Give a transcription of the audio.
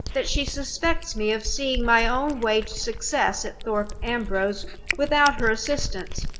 that she suspects me of seeing my own way to success at thorpe ambrose without her assistance.